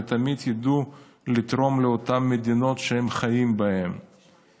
ותמיד ידעו לתרום למדינות שהם חיים בהן,